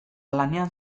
lanean